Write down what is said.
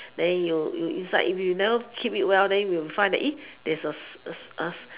then you you it's like if you never keep it well then you find that there's earns are